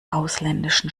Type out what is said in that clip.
ausländischen